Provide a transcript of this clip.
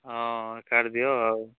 ହଁ କାଟି ଦିଅ ଆଉ